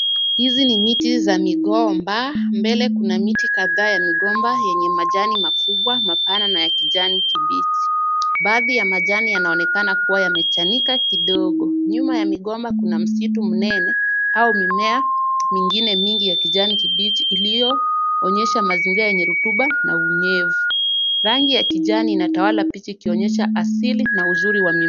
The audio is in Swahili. Hizi ni miti za migomba, mbele kuna miti kadhaa ya migomba yenye majani makubwa mapana na ya kijani kibichi. Baadhi ya majani yanaonekana kuwa yamechanika kidogo. Nyuma ya migomba kuna msitu mnene au mimea mengine mingi yenye kijani kibichi iliyoonyesha mazingira yenye rotuba na unyevu. Rangi ya kijani inatawala picha ikionyesha asili na uzuri wa mimea.